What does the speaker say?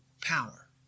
power